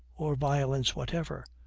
or violence whatever,